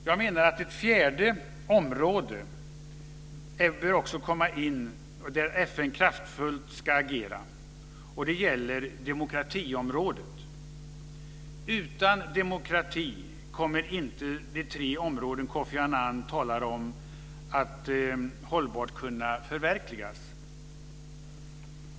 Jag menar att det också finns ett fjärde område där FN kraftfullt ska agera. Det gäller demokratiområdet. Utan demokrati kommer inte de tre områden Kofi Annan talar om att hållbart kunna förverkligas.